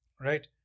Right